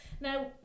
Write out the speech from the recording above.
Now